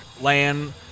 land